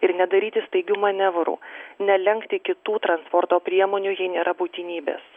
ir nedaryti staigių manevrų nelenkti kitų transporto priemonių jei nėra būtinybės